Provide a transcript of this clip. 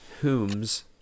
whom's